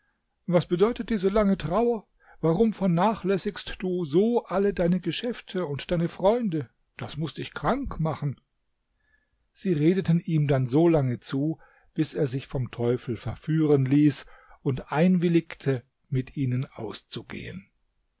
was bedeutet diese lange trauer warum vernachlässigst du so alle deine geschäfte und deine freunde das muß dich krank machen sie redeten ihm dann so lange zu bis er sich vom teufel verführen ließ und einwilligte mit ihnen auszugehen